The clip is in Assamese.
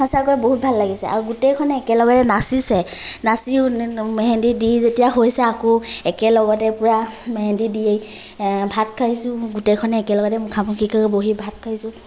সঁচাকৈয়ে বহুত ভাল লাগিছে আৰু গোটেইখনে একেলগতে নাচিছে নাচিও মেহেন্দী দি যেতিয়া হৈছে আকৌ একেলগতে পূৰা মেহেন্দী দি ভাত খাইছোঁ গোটেইখনে একেলগতে মুখা মুখিকৈ বহি ভাত খাইছোঁ